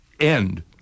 end